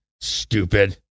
Stupid